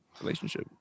relationship